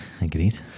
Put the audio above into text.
Agreed